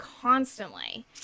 constantly